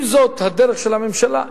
אם זאת הדרך של הממשלה,